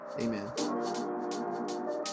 Amen